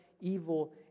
evil